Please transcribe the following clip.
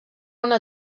una